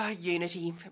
Unity